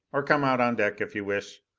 or come out on deck if you wish.